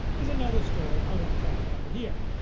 is another story i won't try to cover here.